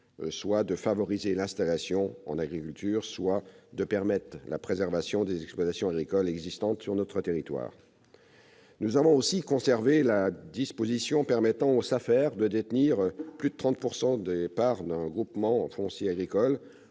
afin de favoriser l'installation en agriculture ou de permettre la préservation des exploitations agricoles existantes sur notre territoire. Nous avons aussi conservé la disposition permettant aux SAFER de détenir plus de 30 % des parts d'un groupement foncier agricole